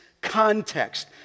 context